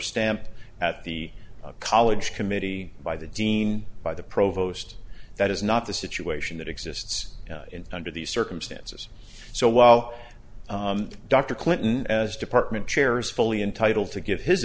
stamp at the college committee by the dean by the provost that is not the situation that exists under these circumstances so while dr clinton as department chair is fully entitled to give his